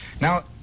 Now